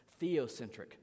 theocentric